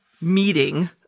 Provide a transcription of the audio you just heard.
meeting